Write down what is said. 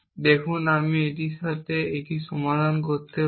দেখুন আমি এটির সাথে এটি সমাধান করতে পারি